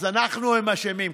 אז אנחנו האשמים.